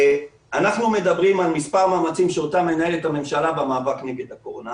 אנחנו מדברים על מספר מאמצים שאותם מנהלת הממשלה במאבק נגד הקורונה.